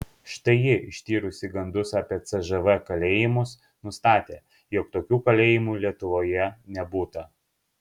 štai ji ištyrusi gandus apie cžv kalėjimus nustatė jog tokių kalėjimų lietuvoje nebūta